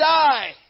die